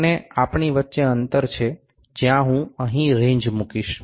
અને આપણી વચ્ચે અંતર છે જ્યાં હું અહીં રેન્જ મૂકીશ